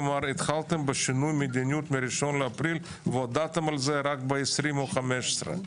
כלומר התחלתם בשינוי מדיניות מ-1 באפריל והודעתם על זה רק ב-20 או ב-15.